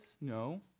No